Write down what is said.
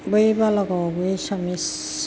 बै बालागाव आवबो एसामिस